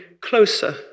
closer